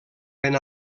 ben